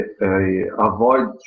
avoid